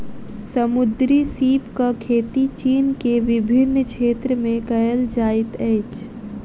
समुद्री सीपक खेती चीन के विभिन्न क्षेत्र में कयल जाइत अछि